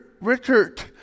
Richard